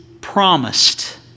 promised